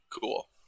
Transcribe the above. Cool